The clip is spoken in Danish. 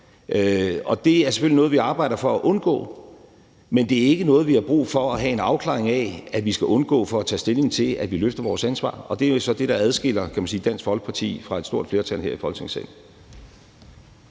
Det er selvfølgelig noget, vi arbejder for at undgå, men det er ikke noget, vi har brug for at have en afklaring af, for at vi kan tage stilling til det og løfte vores ansvar. Og det er så det, der adskiller, kan man sige, Dansk Folkeparti fra et stort flertal her i Folketingssalen.